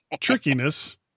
trickiness